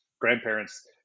grandparents